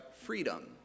freedom